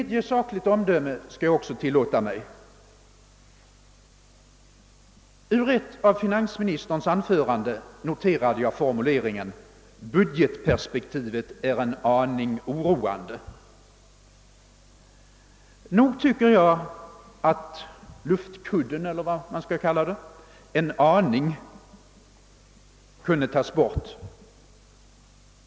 Jag skall tillåta mig att fälla ytterligare ett sakligt omdöme. I ett av finansministerns anföranden noterade jag formuleringen: Budgetperspektivet är en aning oroande. — Nog tycker jag att uttrycket »en aning», luftkudden, eller vad man skall kalla det, kunde tas bort.